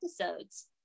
episodes